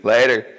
Later